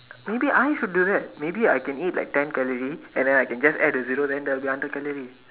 maybe I should do that maybe I can eat like ten calorie and then I can just add a zero then that will be hundred calorie